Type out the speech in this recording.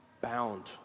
bound